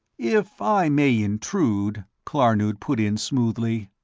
if i may intrude, klarnood put in smoothly,